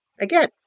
Again